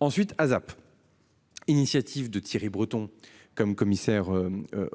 Ensuite ASAP. Initiative de Thierry Breton comme commissaire.